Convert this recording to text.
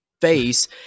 face